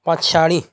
पछाडि